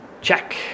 Check